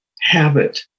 habit